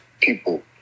people